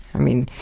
i mean,